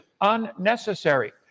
unnecessary